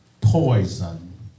poison